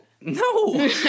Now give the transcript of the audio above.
No